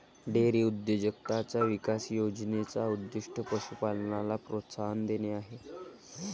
dairy उद्योजकताचा विकास योजने चा उद्दीष्ट पशु पालनाला प्रोत्साहन देणे आहे